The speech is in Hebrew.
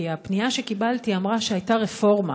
כי הפנייה שקיבלתי אמרה שהייתה רפורמה